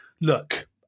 look